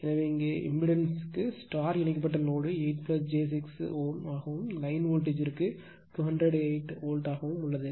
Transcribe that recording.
எனவே இங்கே இம்பிடன்ஸ்க்கு ஸ்டார் இணைக்கப்பட்ட லோடு 8 j 6 is ஆகவும் லைன் வோல்டேஜ் ற்கு 208 வோல்ட் ஆகவும் உள்ளது